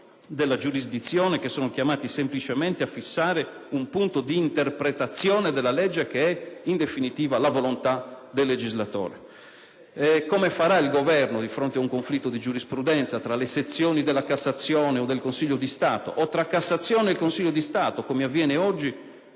della giurisdizione, che sono chiamati semplicemente a fissare un punto di interpretazione della legge, che è in definitiva la volontà del legislatore. Come farà il Governo di fronte ad un conflitto di giurisprudenza tra le sezioni della Cassazione o del Consiglio di Stato, o tra Cassazione e Consiglio di Stato, come avviene oggi?